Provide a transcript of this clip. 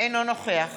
אינו נוכח